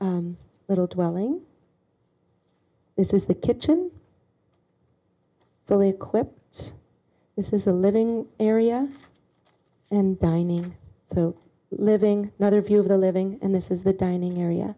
little twelve thing is the kitchen fully equipped this is the living area and dining the living another view of the living and this is the dining area